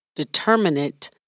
Determinant